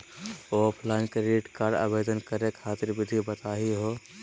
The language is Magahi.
ऑफलाइन क्रेडिट कार्ड आवेदन करे खातिर विधि बताही हो?